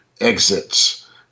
exits